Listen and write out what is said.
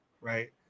right